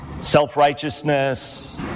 self-righteousness